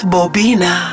Bobina